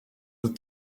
that